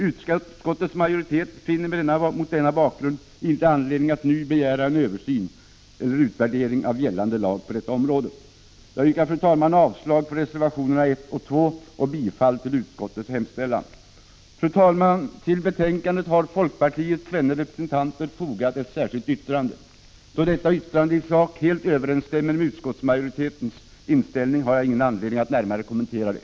Utskottsmajoriteten finner mot denna bakgrund inte anledning att nu begära en översyn eller utvärdering av gällande lag på detta område. Fru talman! Jag yrkar avslag på reservationerna 1 och 2 samt bifall till utskottets hemställan. Till betänkandet har folkpartiets tvenne representanter fogat ett särskilt yttrande. Då detta yttrande i sak helt överensstämmer med utskottsmajoritetens inställning har jag ingen anledning att närmare kommentera det.